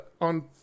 on